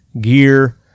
gear